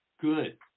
good